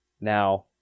Now